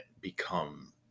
become